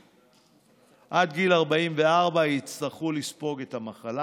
עד גיל 44 יצטרכו לספוג את המחלה,